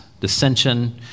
dissension